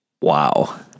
Wow